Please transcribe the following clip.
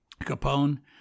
Capone